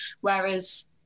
whereas